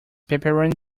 pepperoni